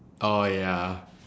oh ya